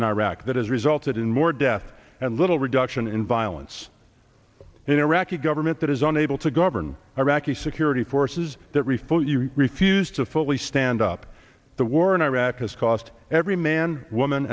in iraq that has resulted in more death and little reduction in violence in iraqi government that is unable to govern iraqi security forces that refill you refused to fully stand up the war in iraq has cost every man woman